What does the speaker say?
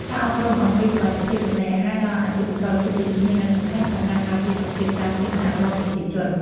ការអប់រំអំពីសុវត្ថិភាពចំណីអាហារដល់អាជីវករគឺជាជំហានដ៏សំខាន់ក្នុងការការពារសុខភាពសាធារណៈរបស់ប្រជាជន។